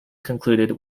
concluded